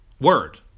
word